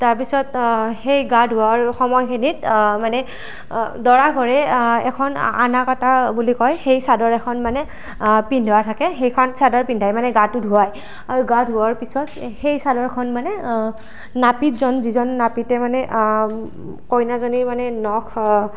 তাৰ পিছত সেই গা ধুৱাৰ সময়খিনিত মানে দৰাঘৰে এখন আনা কাটা বুলি কয় সেই চাদৰ এখন মানে পিন্ধোৱা থাকে সেইখন চাদৰ পিন্ধাই মানে গাটো ধুৱাই আৰু গা ধুওঁৱা পিছত সেই চাদৰখন মানে নাপিতজন যিজন নাপিতে মানে কইনাজনীৰ মানে নখ